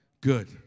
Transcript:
Good